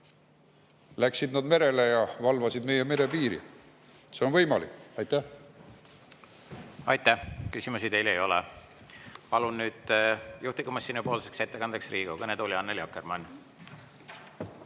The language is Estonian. läksid nad merele ja valvasid meie merepiiri. See on võimalik. Aitäh! Aitäh! Küsimusi teile ei ole. Palun nüüd juhtivkomisjoni ettekandjaks Riigikogu kõnetooli Annely Akkermanni.